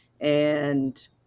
and-